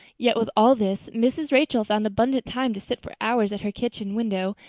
yet with all this mrs. rachel found abundant time to sit for hours at her kitchen window,